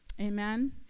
Amen